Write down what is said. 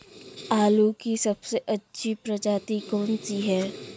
आलू की सबसे अच्छी प्रजाति कौन सी है?